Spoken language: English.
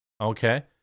okay